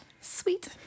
Sweet